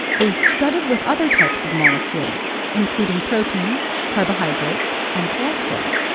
is studded with other types of molecules, including proteins, carbohydrates, and cholesterol.